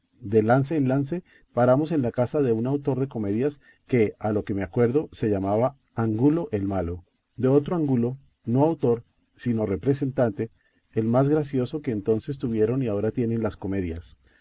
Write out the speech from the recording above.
de lance en lance paramos en la casa de un autor de comedias que a lo que me acuerdo se llamaba angulo el malo de otro angulo no autor sino representante el más gracioso que entonces tuvieron y ahora tienen las comedias